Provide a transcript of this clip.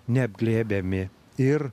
neapglėbiami ir